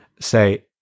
say